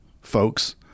folks